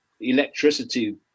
electricity